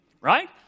right